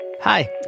Hi